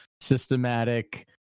systematic